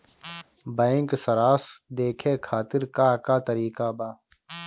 Bank सराश देखे खातिर का का तरीका बा?